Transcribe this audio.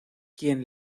quien